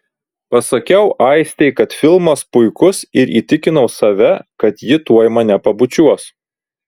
pasakiau aistei kad filmas puikus ir įtikinau save kad ji tuoj mane pabučiuos